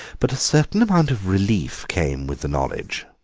but a certain amount of relief came with the knowledge.